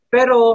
Pero